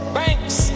banks